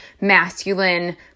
masculine